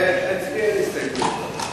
אצלי אין הסתייגויות.